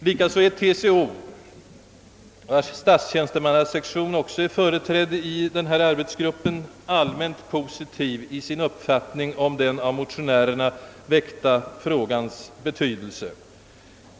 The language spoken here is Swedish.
Likaså är TCO, vars statstjänstemannasektion också är företrädd i denna arbetsgrupp, allmänt positivt i sin uppfattning om den av motionärerna väckta frågans betydelse.